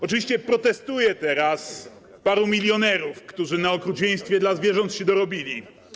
Oczywiście protestuje teraz paru milionerów, którzy na okrucieństwie wobec zwierząt się dorobili.